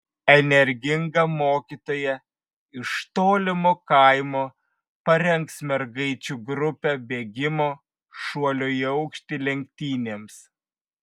energinga mokytoja iš tolimo kaimo parengs mergaičių grupę bėgimo šuolio į aukštį lenktynėms